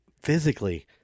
physically